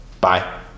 Bye